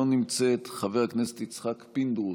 לא נמצאת, חבר הכנסת יצחק פינדרוס,